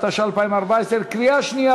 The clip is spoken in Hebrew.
התשע"ה 2014. קריאה שנייה,